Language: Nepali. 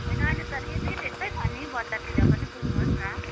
होइन अहिले त रेटै त्यस्तै छ नि बजारतिर पनि बुझ्नुहोस् न